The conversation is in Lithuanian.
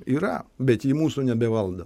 yra bet ji mūsų nebevaldo